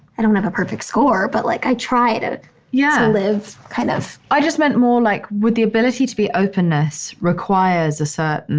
i don't have a perfect score but like i tried to yeah live kind of i just meant more like with the ability to be openness requires a certain,